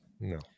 no